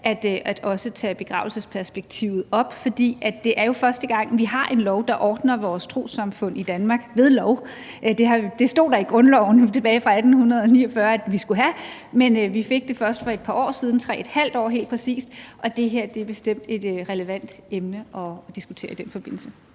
at tage begravelsesperspektivet op. For det er jo første gang, vi har en lov, der ordner vores trossamfund i Danmark ved lov. Det stod der i grundloven, helt tilbage fra 1849, at vi skulle have, men vi fik det først for et par år siden, helt præcist 3½ år, og det her er bestemt et relevant emne at diskutere i den forbindelse.